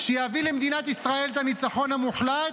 שיביא למדינת ישראל את הניצחון המוחלט,